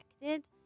connected